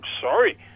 sorry